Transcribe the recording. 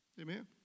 Amen